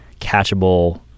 catchable